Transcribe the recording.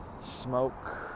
smoke